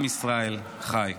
עם ישראל חי.